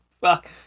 fuck